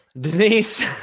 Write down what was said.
Denise